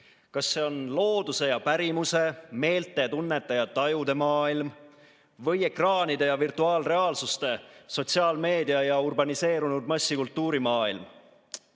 Kas see on looduse ja pärimuse, meelte, tunnete ja tajude maailm või ekraanide ja virtuaalreaalsuse, sotsiaalmeedia ja urbaniseerunud massikultuuri